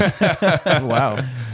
Wow